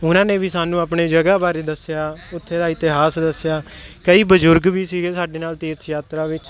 ਉਨ੍ਹਾਂ ਨੇ ਵੀ ਸਾਨੂੰ ਆਪਣੀ ਜਗ੍ਹਾ ਬਾਰੇ ਦੱਸਿਆ ਉੱਥੇ ਦਾ ਇਤਿਹਾਸ ਦੱਸਿਆ ਕਈ ਬਜ਼ੁਰਗ ਵੀ ਸੀਗੇ ਸਾਡੇ ਨਾਲ ਤੀਰਥ ਯਾਤਰਾ ਵਿੱਚ